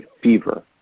fever